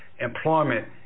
employment